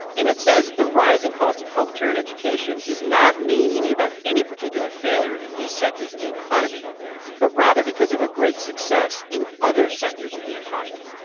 and it says that the rising cost of health care and education is not mainly about any particular failure in these sectors of the economy but rather because of a great success in other sectors of the economy.